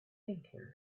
thinking